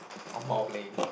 of not playing